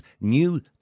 new